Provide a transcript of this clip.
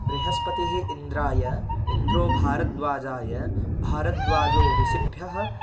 बृहस्पतिः इन्द्राय इन्द्रो भारतद्वाजाय भारतद्वाजो ऋषिभ्यः